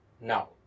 Now